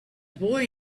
boy